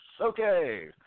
okay